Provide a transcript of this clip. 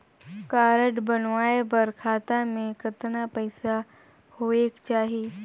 Card बनवाय बर खाता मे कतना पईसा होएक चाही?